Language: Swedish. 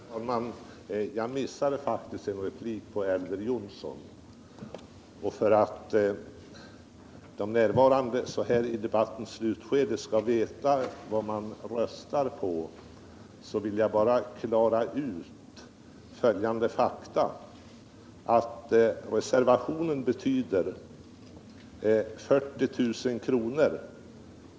strin, m.m. Herr talman! Jag missade faktiskt en replik till Elver Jonsson. För att de närvarande i debattens slutskede skall veta vad man röstar på vill jag klara ut följande fakta: Reservationen betyder 40 000 kr.